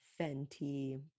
Fenty